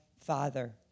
Father